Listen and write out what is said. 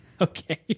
Okay